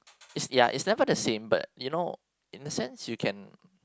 it's ya it's never the same but you know in a sense you can